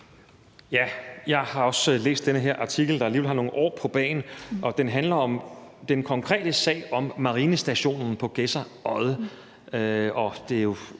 Jeg har også læst den her artikel, der alligevel har nogle år på bagen, og den handler i den konkrete sag om Marinestation Gedser